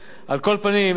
אתמול נחתם ההסכם,